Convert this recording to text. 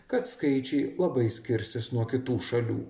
kad skaičiai labai skirsis nuo kitų šalių